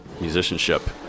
musicianship